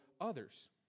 others